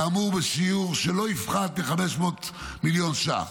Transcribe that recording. כאמור, בשיעור שלא יפחת מ-500 מיליון ש"ח.